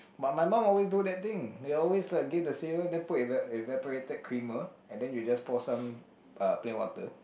but my mum always do that thing they always like give the cereal and put eva~ evaporated creamer and then you just pour some plain water